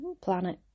planet